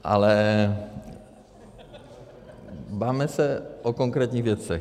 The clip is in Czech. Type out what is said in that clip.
Ale bavme se o konkrétních věcech.